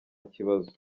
kibazo